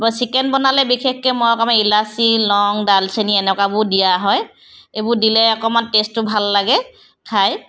chicken বনালে বিশেষকৈ মই অকণমান ইলাচি লং ডালচেনি এনেকুৱাবোৰ দিয়া হয় এইবোৰ দিলে অকণমান টেষ্টটো ভাল লাগে খাই